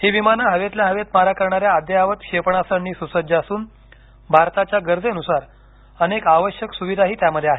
ही विमानं हवेतल्या हवेत मारा करणाऱ्या अद्ययावत क्षेपणास्त्रांनी सुसज्ज असून भारताच्या गरजेनुसार अनेक आवश्यक सुविधाही त्यामध्ये आहे